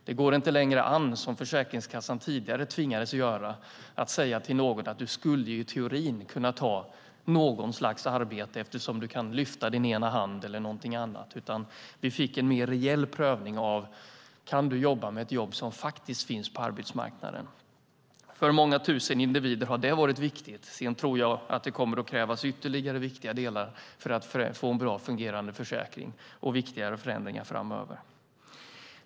Det går inte an, som Försäkringskassan tidigare tvingades göra, att säga till någon att du skulle ju i teorin kunna ta något slags arbete eftersom du kan lyfta din ena hand. Vi fick alltså en mer reell prövning om en person kan jobba med ett jobb som faktiskt finns på arbetsmarknaden. För många tusen individer har detta varit viktigt. Sedan tror jag att det kommer att krävas ytterligare viktiga förändringar för att få en bra och fungerande försäkring.